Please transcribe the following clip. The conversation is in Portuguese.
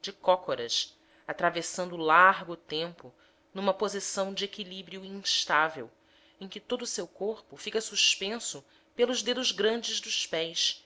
de cócoras atravessando largo tempo numa posição de equilíbrio instável em que todo o seu corpo fica suspenso pelos dedos grandes dos pés